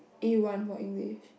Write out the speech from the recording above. A one for English